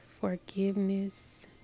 Forgiveness